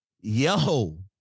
yo